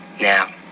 Now